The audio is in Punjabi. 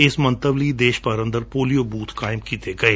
ਇਸ ਮੰਤਵ ਲਈ ਦੇਸ਼ ਭਰ ਔਦਰ ਪੋਲੀਓ ਬੁਥ ਕਾਇਮ ਕੀਤੇ ਗਏ